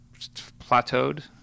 plateaued